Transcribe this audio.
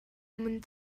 өмнө